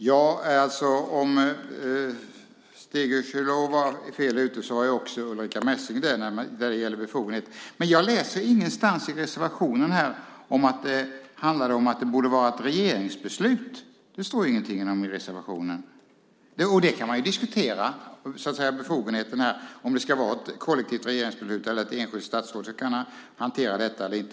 Herr talman! Om Stegö Chilò var fel ute var också Ulrica Messing det när det gäller befogenhet. Men jag läser ingenstans i reservationen att det handlar om att det borde vara ett regeringsbeslut. Det står ingenting om det i reservationen. Man kan diskutera befogenheterna och om det ska vara ett kollektivt regeringsbeslut eller om ett enskilt statsråd ska kunna hantera detta eller inte.